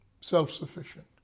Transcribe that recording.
self-sufficient